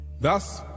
Thus